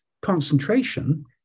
concentration